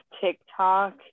tiktok